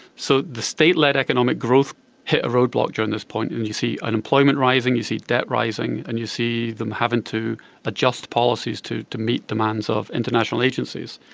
so the state-led economic growth hit a roadblock during this point and you see unemployment rising, you see debt rising and you see them having to adjust policies to to meet demands of international agencies.